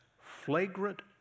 flagrant